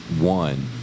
One